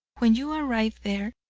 when you arrive there,